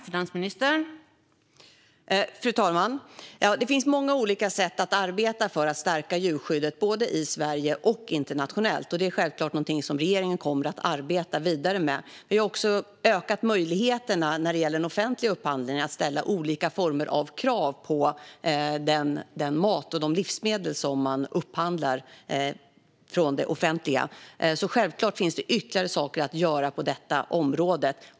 Fru talman! Det finns många olika sätt att arbeta på för att stärka djurskyddet både i Sverige och internationellt. Det är självklart någonting som regeringen kommer att arbeta vidare med. Vi har också ökat möjligheterna för det offentliga att ställa olika former av krav på den mat och de livsmedel som man upphandlar. Självklart finns det ytterligare saker att göra på detta område.